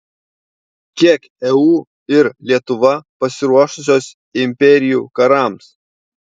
kiek eu ir lietuva pasiruošusios imperijų karams